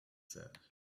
said